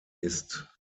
ist